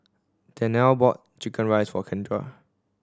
Danae bought chicken rice for Kendra